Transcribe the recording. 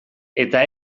eta